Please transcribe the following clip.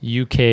UK